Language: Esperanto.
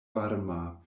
varma